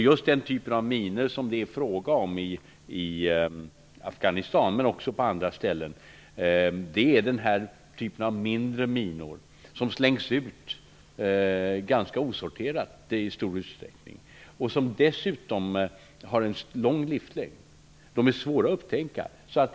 Just den här typen av mindre minor, som det är fråga om i Afghanistan men också på andra ställen, slängs ut ganska osorterat i stor utsträckning, och de har dessutom en lång livslängd. De är svåra att upptäcka.